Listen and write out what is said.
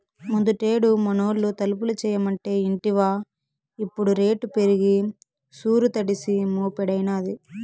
ముందుటేడు మనూళ్లో తలుపులు చేయమంటే ఇంటివా ఇప్పుడు రేటు పెరిగి సూరు తడిసి మోపెడైనాది